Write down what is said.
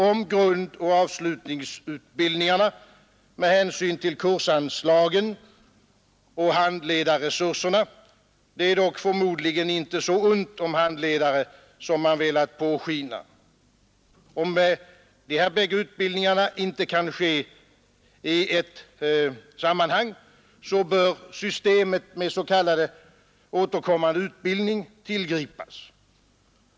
Om grundoch avslutningsutbildningen med hänsyn till kursanslagen och handledarresurserna — det är dock förmodligen inte så ont om handledare som man velat påskina — inte kan ske i ett sammanhang, bör systemet med s.k. återkommande utbildning tillgripas.